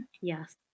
Yes